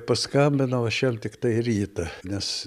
paskambinau aš jam tiktai rytą nes